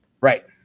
Right